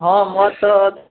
ହଁ ମୋର ତ